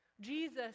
Jesus